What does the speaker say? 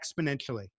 exponentially